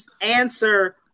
answer